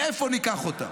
מאיפה ניקח אותם?